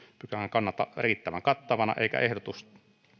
pykälän kannalta riittävän kattavana eikä ehdotuksen